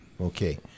Okay